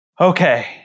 Okay